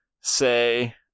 say